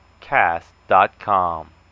cast.com